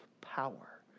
power